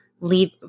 leave –